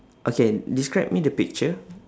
okay describe me the picture